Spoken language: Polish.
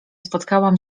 spotkałam